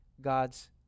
God's